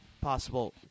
possible